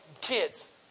kids